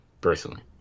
personally